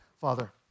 Father